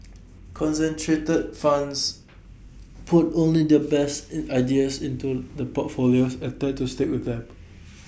concentrated funds put only their best in ideas into the portfolios and tend to stick with them